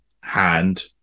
hand